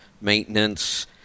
maintenance